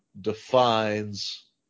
defines